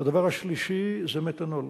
והדבר השלישי זה מתנול.